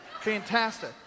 Fantastic